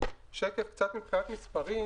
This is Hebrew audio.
קצת מבחינת מספרים